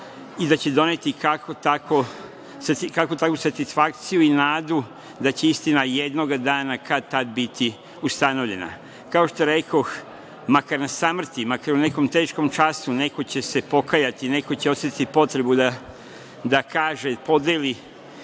i da će doneti kakvu takvu satisfakciju i nadu da će istina jednoga dana, kad tad, biti ustanovljena. Kao što rekoh, makar na samrti, makar u nekom teškom času, neko će se pokajati. Neko će osetiti potrebu da kaže, podeli